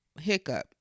hiccup